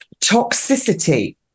toxicity